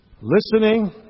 Listening